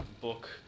book